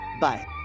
Bye